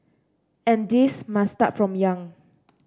and this must start from young